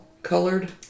Colored